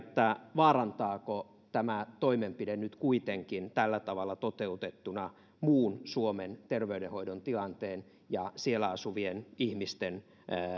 vaarantaako tämä toimenpide nyt kuitenkin tällä tavalla toteutettuna muun suomen terveydenhoidon tilanteen ja siellä asuvien ihmisten